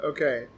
Okay